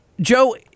Joe